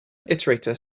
iterator